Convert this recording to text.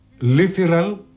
literal